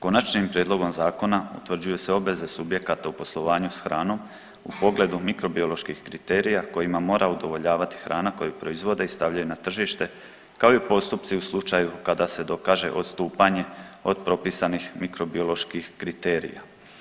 Konačnim prijedlogom zakona utvrđuje se obveze subjekata u poslovanju s hranom u pogledu mikrobioloških kriterija kojima mora udovoljavati hrana koju proizvode i stavljaju na tržište kao i postupci u slučaju kada se dokaže odstupanje od propisanih mikrobioloških kriterija.